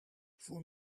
voor